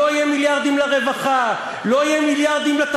לא יהיו מיליארדים לרווחה,